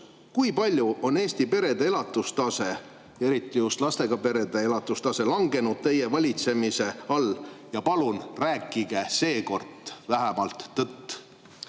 kui palju on Eesti perede elatustase, eriti just lastega perede elatustase, langenud teie valitsemise all? Palun rääkige vähemalt